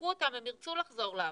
שכשיפתחו אותם הם ירצו לחזור לעבוד,